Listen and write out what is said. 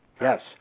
Yes